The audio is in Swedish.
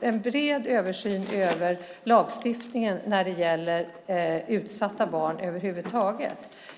en bred översyn av lagstiftningen när det gäller över huvud taget utsatta barn.